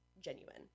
genuine